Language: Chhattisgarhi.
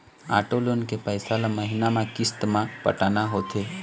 आटो लोन के पइसा ल महिना म किस्ती म पटाना होथे